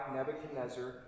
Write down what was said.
Nebuchadnezzar